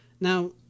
Now